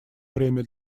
время